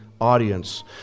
audience